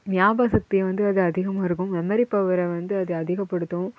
ஞாபகசக்தியை வந்து அது அதிகமாயிருக்கும் மெமரி பவரை வந்து அது அதிகப்படுத்தும்